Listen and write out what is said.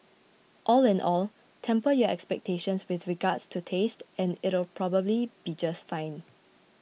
all in all temper your expectations with regards to taste and it'll probably be just fine